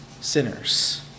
sinners